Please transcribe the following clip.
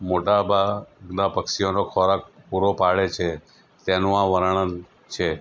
મોટાભાગના પક્ષીઓનો ખોરાક પૂરો પાડે છે તેનું આ વર્ણન છે